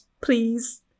please